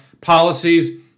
policies